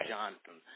Johnson